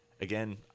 again